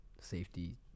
safety